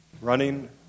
Running